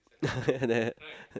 yeah that